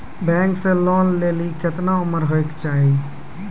Bank से loan लेली केतना उम्र होय केचाही?